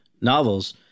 novels